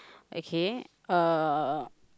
okay uh